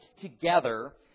together